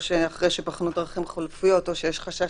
או שאחרי שבחנו דרכים חלופיות או שיש חשש